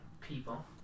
people